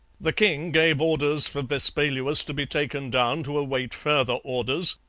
the king gave orders for vespaluus to be taken down to await further orders,